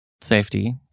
safety